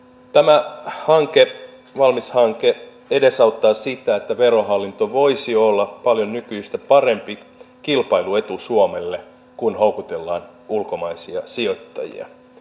tämä valmis hanke edesauttaa sitä että verohallinto voisi olla paljon nykyistä parempi kilpailuetu suomelle kun houkutellaan ulkomaisia sijoittajia